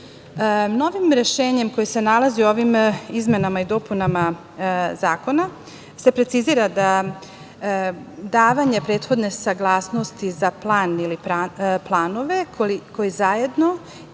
rešenjem koji se nalazi u ovim izmenama i dopunama Zakona se precizira da davanje prethodne saglasnosti za plan i planove koji zajedno ili